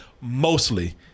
mostly